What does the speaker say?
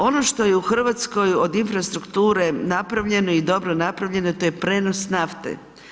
Ono što je u Hrvatskoj od infrastrukture napravljeno i dobro napravljeno, to je prijenos nafte.